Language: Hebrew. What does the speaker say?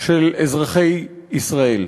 של אזרחי ישראל.